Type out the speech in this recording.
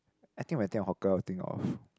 I think when I think of hawker I will think of